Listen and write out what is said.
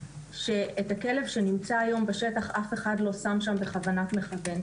שאת הכלב שנמצא היום בשטח אף אחד לא שם בכוונת מכוון.